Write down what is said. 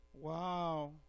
Wow